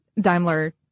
Daimler